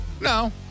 No